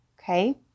okay